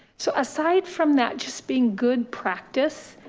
so aside from that, just being good practice,